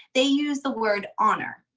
they use the word honor.